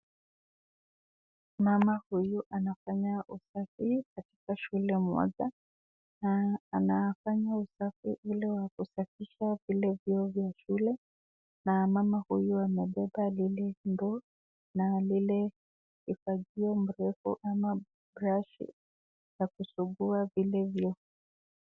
Mama huyu anafanya usafi katika shule moja na anafanya usafi ile ya kusafisha vile vyoo vya shule na mama huyo amebeba lile ndoo na lile kifagio mrefu ama brashi ya kusugua vile vyoo.